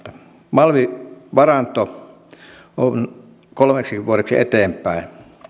malmivaranto on kolmeksi vuodeksi eteenpäin